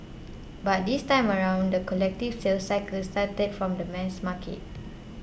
but this time around the collective sales cycle started from the mass market